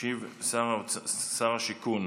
ישיב שר השיכון